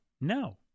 No